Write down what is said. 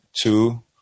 two